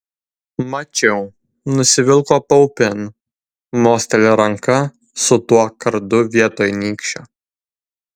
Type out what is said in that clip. mačiau nusivilko paupin mosteli ranka su tuo kardu vietoj nykščio